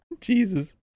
Jesus